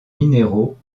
minéraux